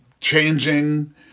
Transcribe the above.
changing